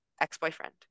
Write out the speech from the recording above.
ex-boyfriend